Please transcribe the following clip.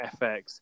FX